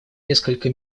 несколько